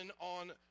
on